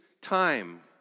time